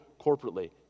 corporately